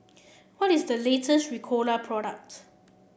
what is the latest Ricola product